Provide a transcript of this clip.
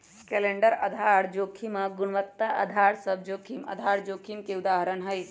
calendar आधार जोखिम आऽ गुणवत्ता अधार सभ जोखिम आधार जोखिम के उदाहरण हइ